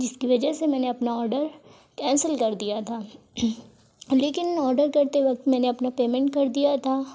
جس کی وجہ سے میں نے اپنا آڈر کینسل کر دیا تھا لیکن آڈر کرتے وقت میں نے اپنا پیمینٹ کر دیا تھا